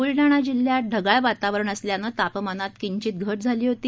ब्लढाणा जिल्ह्यात ढगाळ वातावरण असल्यानं तापमानात किंचित घट झाली होती